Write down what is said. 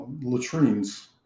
latrines